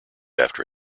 after